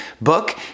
Book